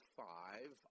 five